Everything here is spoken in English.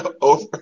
Over